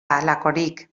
halakorik